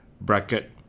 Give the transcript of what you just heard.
bracket